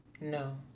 No